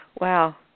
Wow